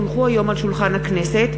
כי הונחו היום על שולחן הכנסת,